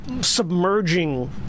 submerging